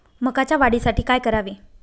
मकाच्या वाढीसाठी काय करावे?